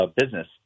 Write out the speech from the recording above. business